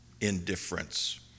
indifference